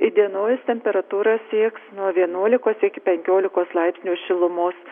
įdienojus temperatūra sieks nuo vienuolikos iki penkiolikos laipsnių šilumos